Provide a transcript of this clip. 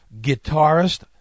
guitarist